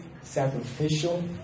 sacrificial